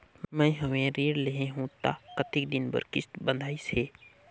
मैं हवे ऋण लेहे हों त कतेक दिन कर किस्त बंधाइस हे?